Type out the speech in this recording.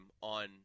on